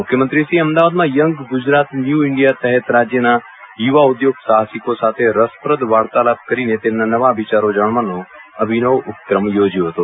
મુખ્યમંત્રીશ્રીએ અમદાવાદમાં young Gujarat new India તહેત રાજ્યના યુવા ઉઘોગ સાહસિકો સાથે રસપ્રદ વાર્તાલાપ કરીને તેમના નવા વિચારો જાણવાનો અભિનવ ઉપક્રમ યોજ્યો હતો